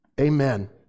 Amen